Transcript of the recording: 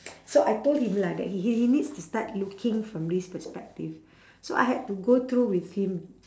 so I told him lah that he he he needs to start looking from this perspective so I had to go through with him